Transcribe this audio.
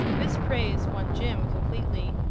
this praise won jim completely.